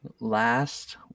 last